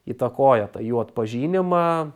įtakoja tą jų atpažinimą